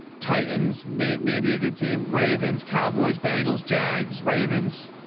titans mate, maybe a good team. ravens cowboys, bangles, jags, ravens,